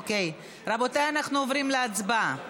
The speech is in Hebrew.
אוקיי, רבותיי, אנחנו עוברים להצבעה.